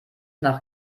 nach